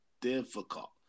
difficult